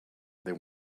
they